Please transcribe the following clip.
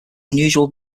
unusual